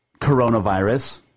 coronavirus